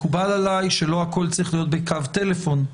מקובל עליי שלא הכול צריך להיות בקו טלפון,